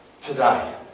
today